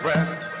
Rest